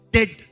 Dead